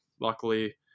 luckily